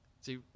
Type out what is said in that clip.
See